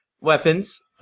weapons